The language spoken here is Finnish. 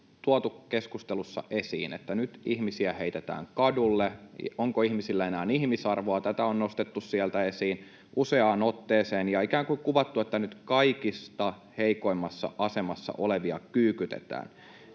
tuotu keskustelussa esiin, että nyt ihmisiä heitetään kadulle, onko ihmisillä enää ihmisarvoa. Tätä on nostettu sieltä esiin useaan otteeseen ja ikään kuin kuvattu, että nyt kaikista heikoimmassa asemassa olevia kyykytetään.